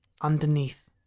underneath